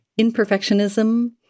imperfectionism